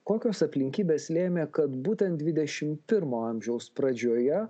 kokios aplinkybės lėmė kad būtent dvidešimt pirmo amžiaus pradžioje